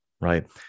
right